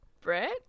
Brett